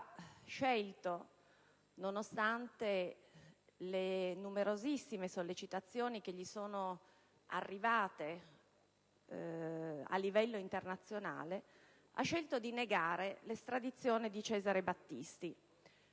sappiamo, nonostante le numerosissime sollecitazioni che gli sono arrivate a livello internazionale, ha scelto di negare l'estradizione di Cesare Battisti.